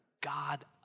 God